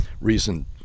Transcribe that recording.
recent